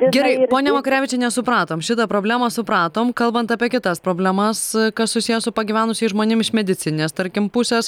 gerai ponia makarevičiene supratom šitą problemą supratom kalbant apie kitas problemas kas susiję su pagyvenusiais žmonim iš medicininės tarkim pusės